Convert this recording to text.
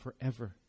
forever